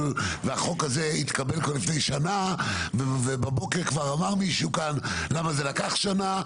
והחוק הזה התקבל כבר לפני שנה ובבוקר כבר אמר מישהו כאן למה זה לקח שנה,